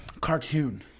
cartoon